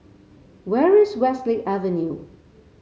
where is Westlake Avenue